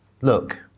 look